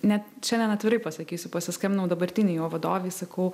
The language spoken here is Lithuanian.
net šiandien atvirai pasakysiu pasiskambinau dabartinei jo vadovei sakau